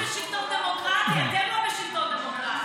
אנחנו בשלטון דמוקרטי, אתם לא בשלטון דמוקרטי.